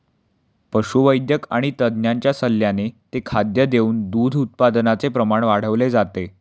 पशुवैद्यक आणि तज्ञांच्या सल्ल्याने ते खाद्य देऊन दूध उत्पादनाचे प्रमाण वाढवले जाते